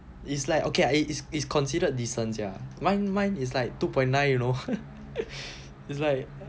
it's like okay it is is considered decent sia mine mine is like two point nine you know it's like